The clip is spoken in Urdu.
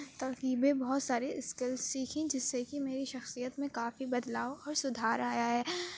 ترکیبیں بہت ساری اسکلس سیکھیں جس سے کہ میری شخصیت میں کافی بدلاؤ اور سدھار آیا ہے